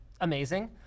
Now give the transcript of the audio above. amazing